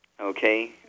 okay